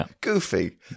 Goofy